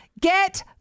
get